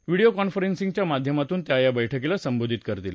video कॉन्फरन्सिगच्या माध्यमातून त्या या बैठकीला संबोधित करतील